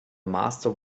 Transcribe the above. master